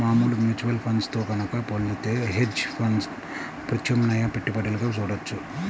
మామూలు mutual funds తో గనక పోలిత్తే హెడ్జ్ ఫండ్స్ ప్రత్యామ్నాయ పెట్టుబడులుగా చూడొచ్చు